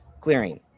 clearing